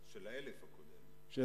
של האלף הקודם.